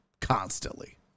constantly